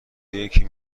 یکی